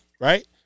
right